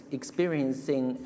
experiencing